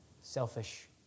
selfish